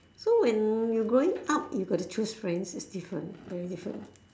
so when you growing up you got to choose friends it's different very different